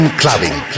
clubbing